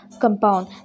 compound